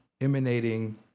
Emanating